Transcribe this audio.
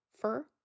fur